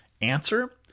answer